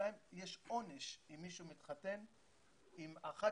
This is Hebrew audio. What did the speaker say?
אצלם יש עונש אם מישהו מתחתן עם אחת